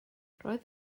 roedd